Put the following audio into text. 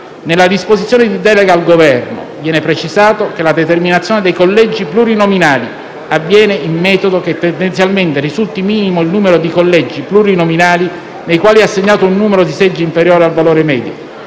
Nella disposizione di delega al Governo, viene precisato che la determinazione dei collegi plurinominali avviene in modo che «tendenzialmente risulti minimo il numero di collegi plurinominali nei quali è assegnato un numero di seggi inferiore al valore medio».